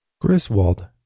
Griswold